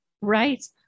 Right